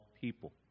people